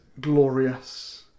glorious